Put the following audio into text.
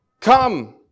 come